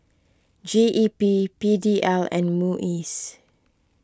G E P P D L and Muis